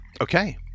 Okay